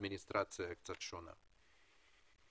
אדמיניסטרציה קצת שונה.